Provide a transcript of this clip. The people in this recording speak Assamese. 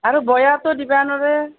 আৰু বয়াতো দিব নোৱাৰে